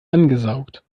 angesaugt